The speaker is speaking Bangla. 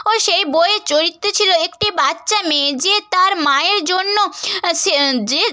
ও সেই বইয়ের চরিত্রে ছিল একটি বাচ্চা মেয়ে যে তার মায়ের জন্য সে যে